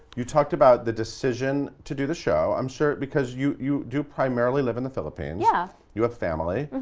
you talked about the decision to do the show. i'm sure, because you you do primarily live in the philippines. yeah. you have family,